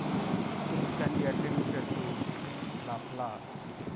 probability. this can be attributed to laplace